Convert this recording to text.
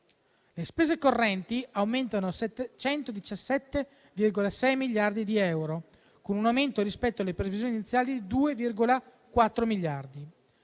Le spese correnti ammontano a 717,6 miliardi di euro, con un aumento rispetto alle previsioni iniziali di 2,4 miliardi.